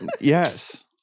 Yes